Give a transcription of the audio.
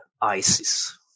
Isis